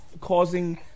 causing